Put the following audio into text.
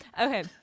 Okay